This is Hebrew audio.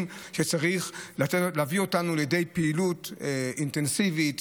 שצריכים להביא אותנו לידי פעילות אינטנסיבית,